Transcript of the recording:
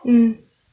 hmm